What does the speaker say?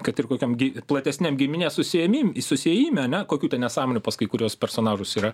kad ir kokiam gi platesniam giminės susiėmim susiėjime ne kokių nesąmonių pas kai kuriuos personažus yra